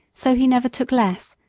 so he never took less,